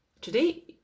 today